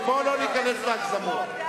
בואו לא ניכנס להגזמות.